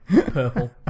purple